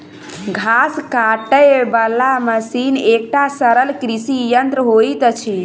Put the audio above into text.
घास काटय बला मशीन एकटा सरल कृषि यंत्र होइत अछि